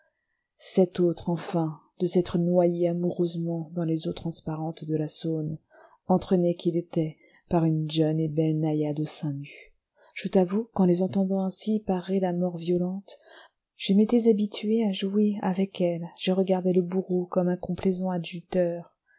cet autre enfin de s'être noyé amoureusement dans les eaux transparentes de la saône entraîné qu'il était par une jeune et belle naïade au sein nu je t'avoue qu'en les entendant ainsi parer la mort violente je m'étais habitué à jouer avec elle je regardais le bourreau comme un complaisant adjuteur